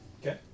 Okay